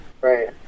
Right